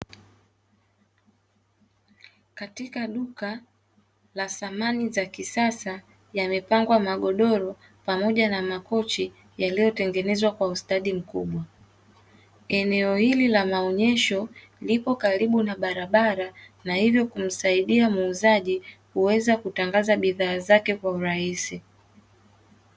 Katika duka la samani za kisasa yamepangwa magodoro pamoja na makochi yaliyotengenezwa kwa ustadi mkubwa. Eneo hili la maonyesho lipo karibu na barabara na hivo kumsaidia muuzaji kuweza kutangaza bidhaa zake kwa urahisi.